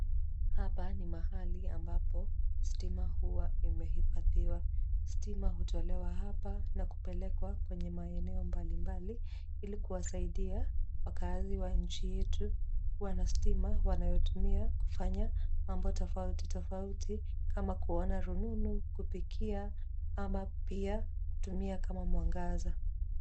Hapa ni mahali ambapo stima huwa imehifadhiwa. Stima hutolewa hapa na kupelekwa kwenye maeneo mbalimbali ili kuwasaidia wakaazi wa nchi yetu kuwa na stima wanayotumia kufanya mambo tofauti tofuti kama kuona rununu, kupikia ama pia kutumia kama mwangaza.